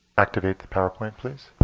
activate the powerpoint, please.